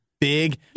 big